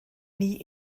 nie